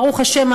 ברוך השם,